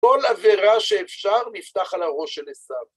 כל עבירה שאפשר נפתח על הראש של עשיו.